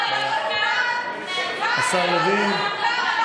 באותו סגנון של ההידברות, השר לוין.